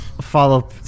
follow